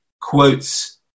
quotes